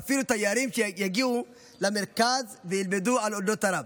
ואפילו תיירים, יגיעו למרכז וילמדו על אודות הרב.